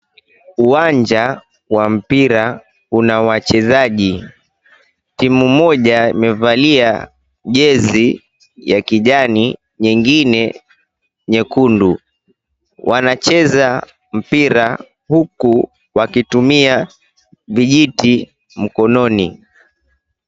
Uwanja wa mpira una wachezaji, timu moja imevalia jezi ya kijani, nyingine nyekundu. Wanacheza mpira huku wakitumia vijiti mkononi.